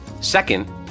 Second